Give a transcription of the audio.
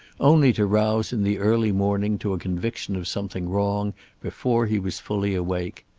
only to rouse in the early morning to a conviction of something wrong before he was fully awake.